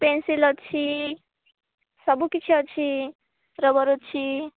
pencil ଅଛି ସବୁ କିଛି ଅଛି ରବର ଅଛି